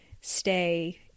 stay